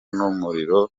n’umuriro